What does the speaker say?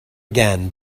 again